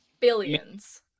billions